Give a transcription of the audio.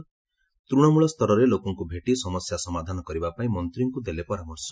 ତୂଣମୂଳ ସ୍ତରରେ ଲୋକଙ୍କୁ ଭେଟି ସମସ୍ୟା ସମାଧାନ କରିବାପାଇଁ ମନ୍ତୀଙ୍କୁ ଦେଲେ ପରାମର୍ଶ